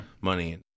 money